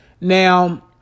Now